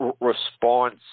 response